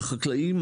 החקלאים,